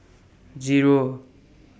Zero